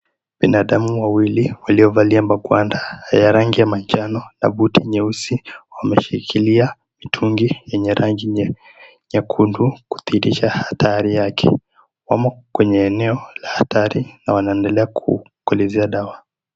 Binadamu wawili waliovalia magwanda ya rangi ya manjano na buti nyeusi wameshikilia mitungi yenye rangi nyekundu kudhihirisha hatari yake. Wamo kwenye eneo la hatari na wanaendelea kupulizia dawa.